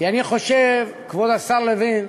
כי אני חושב, כבוד השר לוין,